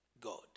God